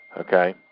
Okay